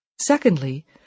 Secondly